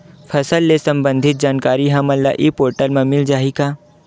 फसल ले सम्बंधित जानकारी हमन ल ई पोर्टल म मिल जाही का?